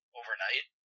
overnight